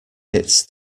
its